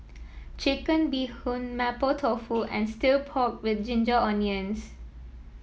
Chicken Bee Hoon Mapo Tofu and stir pork with Ginger Onions